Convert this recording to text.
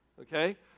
okay